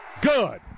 good